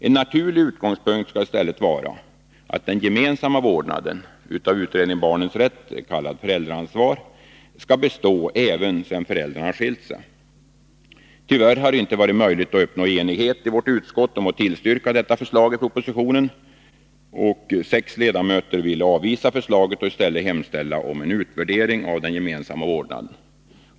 En naturlig utgångspunkt skall i stället vara att den gemensamma vårdnaden — av utredningen om barnens rätt kallad gemensamt föräldraansvar — skall bestå även sedan föräldrarna skilt sig. Tyvärr har det inte varit möjligt att uppnå enighet i vårt utskott om att tillstyrka detta förslag i propositionen. Sex ledamöter vill avvisa förslaget och i stället hemställa om en utvärdering av den gemensamma vårdnaden.